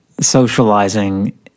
socializing